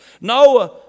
Noah